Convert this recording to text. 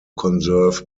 conserve